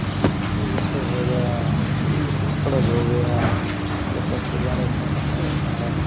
हमारे जैसे हो गया क्लब गया ओ सब के बारे में बताता रहता है